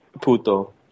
Puto